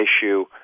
issue